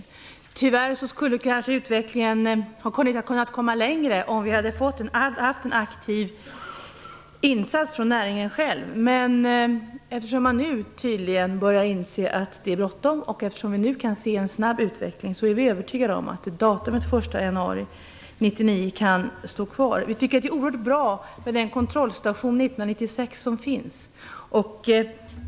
Utvecklingen skulle kanske ha kommit längre om näringen själv hade gjort en aktiv insats, men eftersom man nu tydligen börjar inse att det är bråttom och vi kan se en snabb utveckling är vi övertygade om att datumet, den 1 januari 1999, kan stå kvar. Vi tycker att det är oerhört bra med den kontrollstation som finns 1996.